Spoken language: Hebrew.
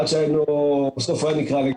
עד שבסוף היה נקרע.